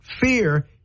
Fear